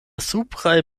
supraj